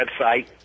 website